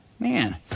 Man